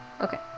Okay